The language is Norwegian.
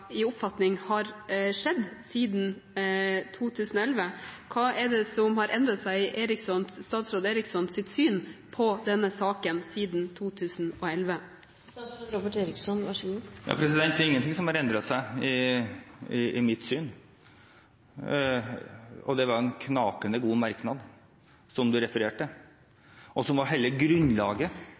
i 2011. Hva er det som gjør at endringen i oppfatning har skjedd siden 2011? Hva er det som har endret seg i statsråd Erikssons syn i denne saken siden 2011? Det er ingenting som har endret seg i mitt syn på saken. Det var en knakende god merknad representanten refererte, og som var hele grunnlaget